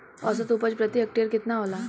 औसत उपज प्रति हेक्टेयर केतना होला?